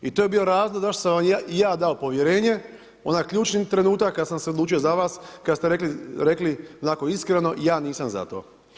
I to je bio razlog zašto sam vam ja dao povjerenje, onaj ključni trenutak kad sam se odlučio za vas kad ste rekli onako iskreno, ja nisam za to.